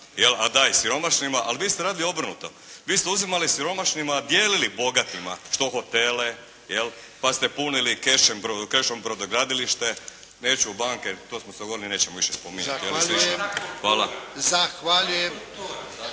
a daj siromašnima“. Ali vi ste radili obrnuto, vi ste uzimali siromašnima, a dijelili bogatima što hotele. Pa ste punili kešom brodogradilište, neću u banke. To smo se dogovorili nećemo više spominjati. **Jarnjak,